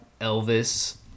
Elvis